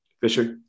Fisher